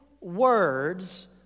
words